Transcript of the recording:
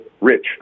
rich